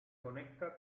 conecta